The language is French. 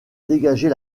dégager